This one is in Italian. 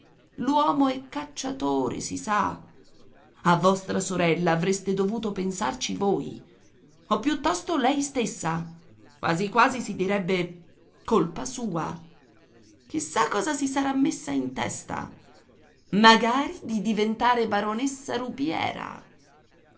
l'uomo è cacciatore si sa a vostra sorella avreste dovuto pensarci voi o piuttosto lei stessa quasi quasi si direbbe colpa sua chissà cosa si sarà messa in testa magari di diventare baronessa rubiera